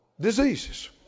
diseases